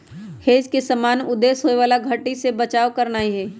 hedge के सामान्य उद्देश्य होयबला घट्टी से बचाव करनाइ हइ